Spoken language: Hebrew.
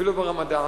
אפילו ברמדאן,